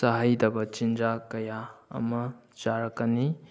ꯆꯥꯍꯩꯗꯕ ꯆꯤꯟꯖꯥꯛ ꯀꯌꯥ ꯑꯃ ꯆꯥꯔꯛꯀꯅꯤ